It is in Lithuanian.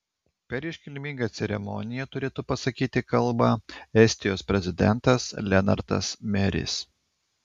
per iškilmingą ceremoniją turėtų pasakyti kalbą estijos prezidentas lenartas meris